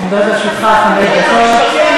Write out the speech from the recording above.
עומדות לרשותך חמש דקות.